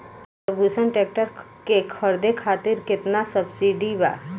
Ferguson tractor के खरीद करे खातिर केतना सब्सिडी बा?